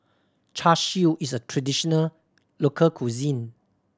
Char Siu is a traditional local cuisine